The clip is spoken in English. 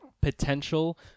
potential